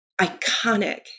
iconic